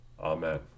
Amen